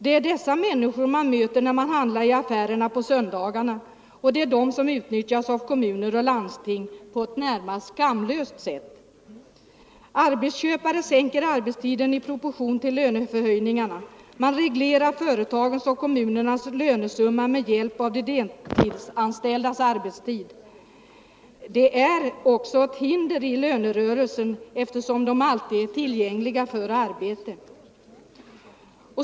Det är dessa människor man möter i affärerna när man handlar på söndagarna, och det är de som utnyttjas av kommuner och landsting på ett närmast skamlöst sätt. Arbetsköpare sänker arbetstiden i proportion till löneförhöjningarna, och man reglerar företagens och kommunernas lönesumma med hjälp av de deltidsanställdas arbetstid. Detta är också ett hinder i lönerörelsen, eftersom de alltid är tillgängliga för arbete.